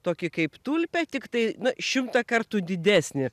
tokį kaip tulpę tiktai na šimtą kartų didesnį